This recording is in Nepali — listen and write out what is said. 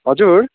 हजुर